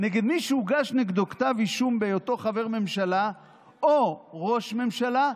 של מי שהוגש נגדו כתב אישום בהיותו חבר ממשלה או ראש ממשלה,